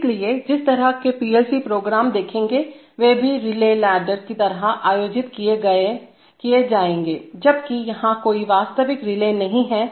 इसलिए जिस तरह के पीएलसी प्रोग्राम देखेंगेवे भी रिले लैडर की तरह आयोजित किए जाएंगे जबकि यहां कोई वास्तविक रिले नहीं है